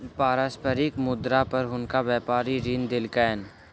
पारस्परिक मुद्रा पर हुनका व्यापारी ऋण देलकैन